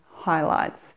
highlights